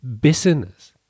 business